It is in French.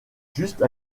juste